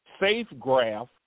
SafeGraph